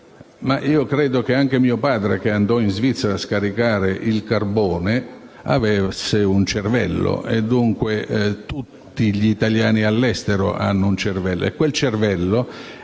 Credo che anche mio padre, che andò in Svizzera a scaricare il carbone, avesse un cervello. Tutti gli italiani all'estero hanno un cervello